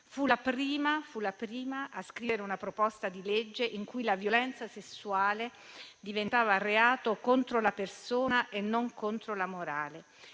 Fu la prima a scrivere una proposta di legge in cui la violenza sessuale diventava reato contro la persona e non contro la morale